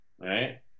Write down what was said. right